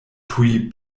tuj